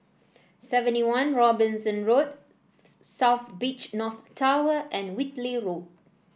Seventy One Robinson Road South Beach North Tower and Whitley Road